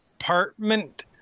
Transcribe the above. apartment